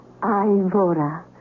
Ivora